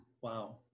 Wow